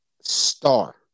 star